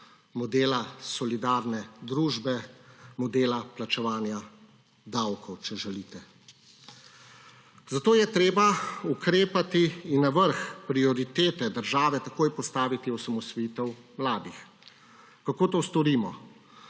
modela solidarne družbe, modela plačevanja davkov, če želite. Zato je treba ukrepati in na vrh prioritet države takoj postaviti osamosvojitev mladih. Kako to storimo?